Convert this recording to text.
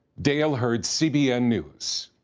dale hurd, cbn news.